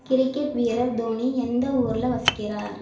cricket வீரர் தோனி எந்த ஊரில் வசிக்கிறார்